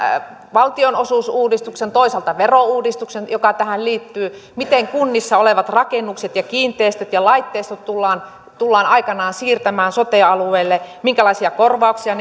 valtionosuusuudistuksen toisaalta verouudistuksen joka tähän liittyy miten kunnissa olevat rakennukset ja kiinteistöt ja laitteistot tullaan tullaan aikanaan siirtämään sote alueille minkälaisia korvauksia